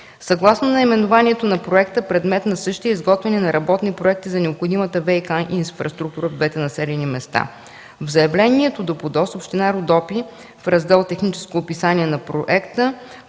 Съгласно наименованието на проекта, предмет на същия е изготвяне на работни проекти за необходимата ВиК инфраструктура в двете населени места. В заявлението до ПУДООС община Родопи, в Раздел „Техническо описание на проекта”